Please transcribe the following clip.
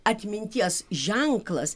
atminties ženklas